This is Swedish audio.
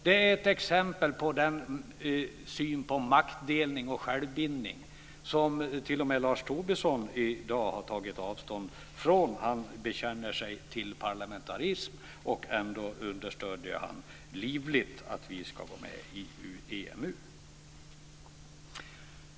Den är ett exempel på den syn på maktdelning och självbildning som t.o.m. Lars Tobisson i dag har tagit avstånd från. Han bekänner sig till parlamentarismen. Ändå understödjer han livligt att vi ska vara med i EMU.